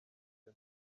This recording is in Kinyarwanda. the